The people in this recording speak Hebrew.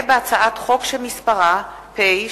הצעת חוק העונשין (תיקון,